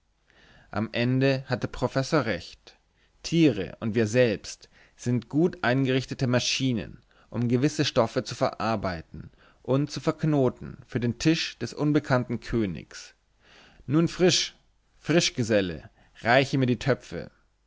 am ende hat der professor recht tiere und wir selbst sind gut eingerichtete maschinen um gewisse stoffe zu verarbeiten und zu verknoten für den tisch des unbekannten königs nun frisch frisch geselle reiche mir die töpfe